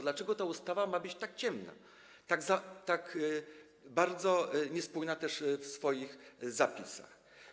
Dlaczego ta ustawa ma być tak niejasna, tak bardzo niespójna w swoich zapisach?